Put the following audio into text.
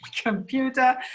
computer